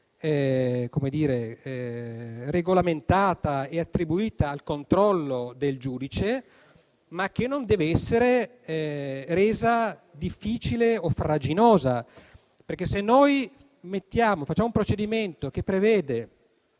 regolamentata e attribuita al controllo del giudice, ma che non deve essere resa difficile o farraginosa, perché se noi facciamo un procedimento che prevede